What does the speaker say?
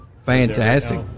Fantastic